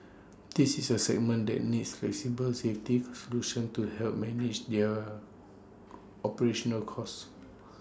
this is A segment that needs flexible safety solutions to help manage their operational costs